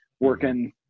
working